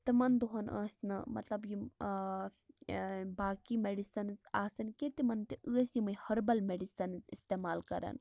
تِمَن دۄہَن ٲسۍ نہٕ مطلب یِم آ یِم باقٕے مٮ۪ڈسنٕز آسان کہِ تِمَن تہِ ٲسۍ یِمَے ۂربَل میڈِسنٕز اِستعمال کران